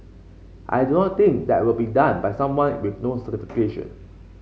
I do not think that will be done by someone with no certification